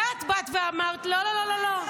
ואת באת ואמרת: לא לא לא.